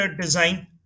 design